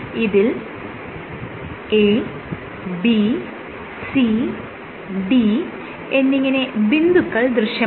ഇതിൽ A B C D എന്നിങ്ങനെ ബിന്ദുക്കൾ ദൃശ്യമാണ്